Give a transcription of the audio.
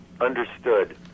understood